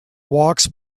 walks